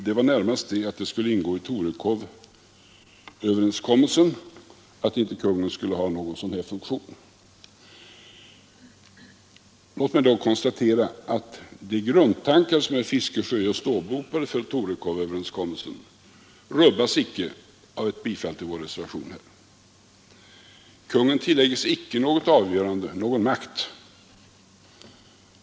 Det var närmast att det skulle ingå i Torekovöverenskommelsen att inte kungen skulle ha någon sådan funktion som det här gäller. Låt mig då konstatera att de grundtankar som herr Fiskesjö just åberopade för Torekovöverenskommelsen rubbas icke av ett bifall till vår reservation. Kungen tillägges icke något avgörande, någon makt.